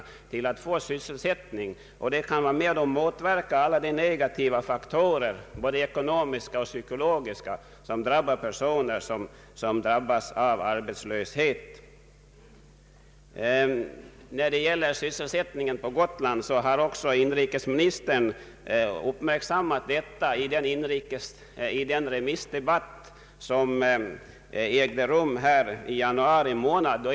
Ett slopande av investeringsavgiften skulle också kunna bidra till att motverka alla negativa faktorer, både ekonomiska och psykologiska, som är förknippade med att folk drabbas av arbetslöshet. Inrikesministern uppmärksammade också sysselsättningssvårigheterna på Gotland i den remissdebatt som ägde rum i januari i år.